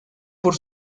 por